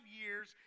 years